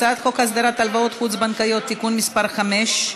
הלוואות חוץ-בנקאיות (תיקון מס' 5),